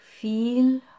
feel